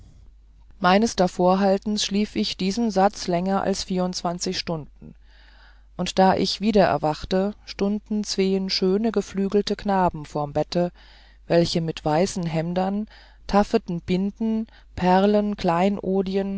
meines davorhaltens schliefe ich diesen satz länger als vierundzwanzig stunden und da ich wiedererwachte stunden zween schöne geflügelte knaben vorm bette welche mit weißen hemdern taffeten binden perlen kleinodien